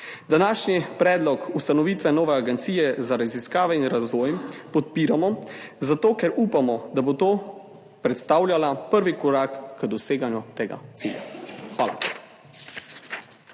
Današnji predlog ustanovitve nove agencije za raziskave in razvoj podpiramo, zato ker upamo, da bo to predstavljalo prvi korak k doseganju tega cilja. Hvala.